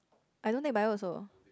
I don't take bio also